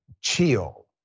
chill